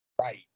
Right